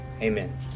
Amen